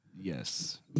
Yes